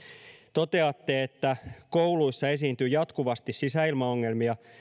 toteatte että kouluissa esiintyy jatkuvasti sisäilmaongelmia